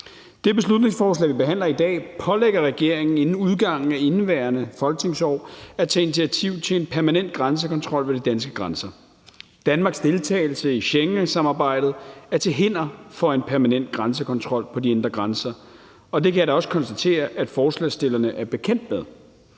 Det beslutningsforslag, vi behandler i dag, pålægger regeringen inden udgangen af indeværende folketingsår at tage initiativ til en permanent grænsekontrol ved de danske grænser. Danmarks deltagelse i Schengensamarbejdet er til hinder for en permanent grænsekontrol på de indre grænser, og det kan jeg da også konstatere at forslagsstillerne er bekendt med.